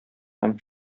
һәм